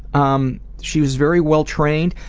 um she was very well trained,